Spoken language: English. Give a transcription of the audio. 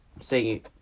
say